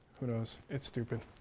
who knows. it's stupid.